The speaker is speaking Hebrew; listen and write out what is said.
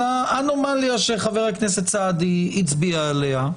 על האנומליה שחבר הכנסת סעדי הצביע עליה.